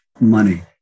money